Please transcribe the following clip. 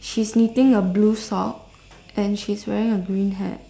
she's knitting a blue sock and she's wearing a green hat